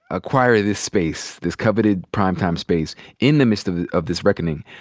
acquire this space, this coveted prime time space in the midst of of this reckoning,